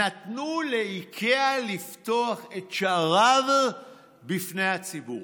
נתנו לאיקאה לפתוח את שעריה בפני הציבור.